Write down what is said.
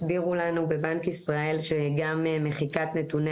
הפגישה הראשונה הסברנו לנו בבנק ישראל שגם מחיקת נתוני